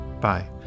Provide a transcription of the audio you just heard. Bye